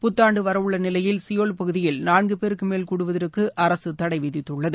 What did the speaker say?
புத்தாண்டு வரவுள்ள நிலையில் சியோல் பகுதியில் நான்கு பேருக்கு மேல் கூடுவதற்கு அரசு தடைவிதித்துள்ளது